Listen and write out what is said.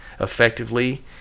effectively